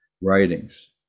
writings